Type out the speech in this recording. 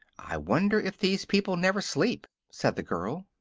i wonder if these people never sleep, said the girl.